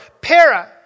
Para